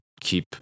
keep